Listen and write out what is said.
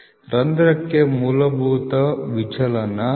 ರಂಧ್ರಕ್ಕೆ ಮೂಲಭೂತ ವಿಚಲನ 0